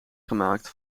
gemaakt